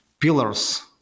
pillars